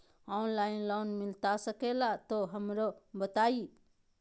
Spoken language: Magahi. ऑनलाइन लोन मिलता सके ला तो हमरो बताई?